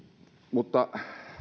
mutta